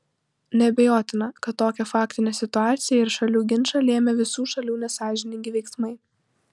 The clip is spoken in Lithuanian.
neabejotina kad tokią faktinę situaciją ir šalių ginčą lėmė visų šalių nesąžiningi veiksmai